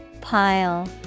Pile